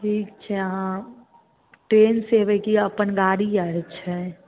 ठीक छै अहाँ ट्रेनसँ एबै की अप्पन गाड़ी आर छै